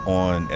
on